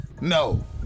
No